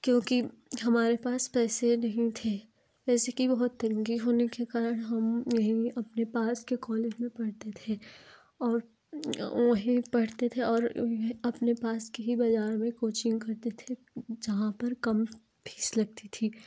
क्योंकि हमारे पास पैसे नहीं थे पैसे की बहुत तंगी होने के कारण हम नहीं अपने पास के कॉलेज में पढ़ते थे और वही पढ़ते थे और अपने पास की ही बाजार में कोचिंग करते थे जहाँ पर कम फीस लगती थी